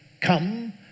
come